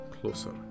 closer